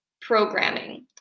programming